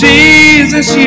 Jesus